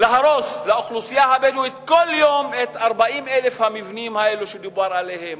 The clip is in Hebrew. להרוס לאוכלוסייה הבדואית כל יום את 40,000 המבנים האלו שדובר עליהם,